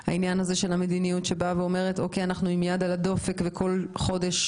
לעניין המדיניות שאומרת שאנחנו עם יד על הדופק וכל חודש